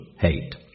hate